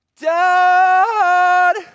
Dad